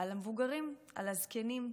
על המבוגרים, על הזקנים.